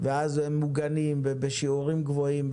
ואז הם מוגנים ובשיעורים גבוהים,